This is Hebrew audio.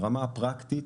ברמה הפרקטית,